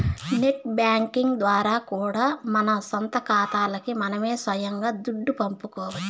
net banking ద్వారా కూడా మన సొంత కాతాలకి మనమే సొయంగా దుడ్డు పంపుకోవచ్చు